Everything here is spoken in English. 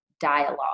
dialogue